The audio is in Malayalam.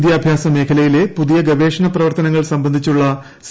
വിദ്യാഭ്യാസ മേഖലയിലെ പുതിയ ഗവേഷണ പ്രവർത്തനങ്ങൾ സംബന്ധിച്ചുള്ള സി